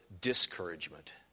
discouragement